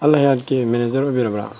ꯑꯜꯍꯥꯌꯠꯀꯤ manager ꯑꯣꯏꯕꯤꯔꯕ꯭ꯔꯥ